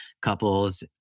Couples